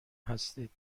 هستید